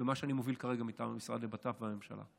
במה שאני מוביל כרגע מטעם למשרד לבט"פ והממשלה.